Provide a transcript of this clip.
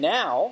now